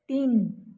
तिन